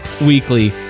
Weekly